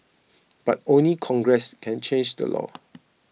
but only Congress can change the law